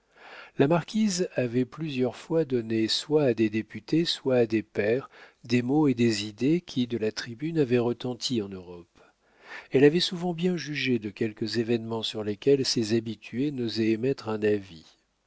la marquise avait plusieurs fois donné soit à des députés soit à des pairs des mots et des idées qui de la tribune avaient retenti en europe elle avait souvent bien jugé de quelques événements sur lesquels ses habitués n'osaient émettre un avis